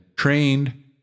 trained